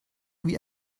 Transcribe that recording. wie